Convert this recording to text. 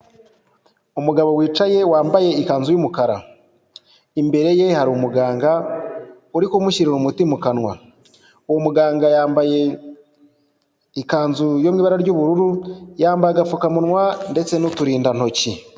Umugabo wicaye wambaye ikanzu y'umukara, imbere ye hari umuganga uri kumushyirira umuti mu kanwa, uwo muganga yambaye ikanzu yo mu ibara ry'ubururu, yambaye agapfukamunwa ndetse n'uturindantoki.